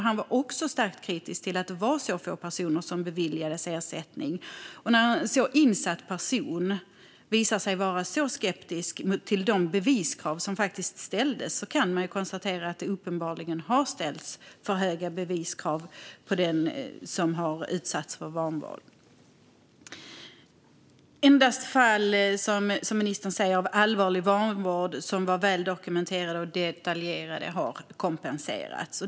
Han var också starkt kritisk till att det var så få personer som beviljades ersättning. När en så insatt person visar sig vara så skeptisk till de beviskrav som ställts kan man konstatera att det uppenbarligen har ställts för höga beviskrav på den som utsatts för vanvård. Som ministern säger är det endast fall av allvarlig vanvård, som var väldokumenterade och detaljerade, som har kompenserats.